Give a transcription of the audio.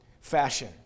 fashion